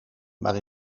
maar